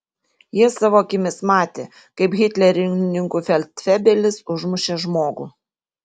jie savo akimis matė kaip hitlerininkų feldfebelis užmušė žmogų